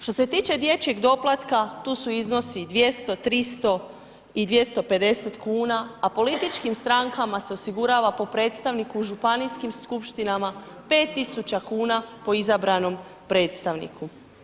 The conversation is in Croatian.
Što se tiče dječjeg doplatka, tu su iznosi 200, 300 i 250,00 kn, a političkim strankama se osigurava po predstavniku u županijskim skupštinama 5.000,00 kn po izabranom predstavniku.